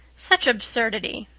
such absurdity!